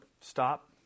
Stop